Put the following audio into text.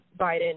biden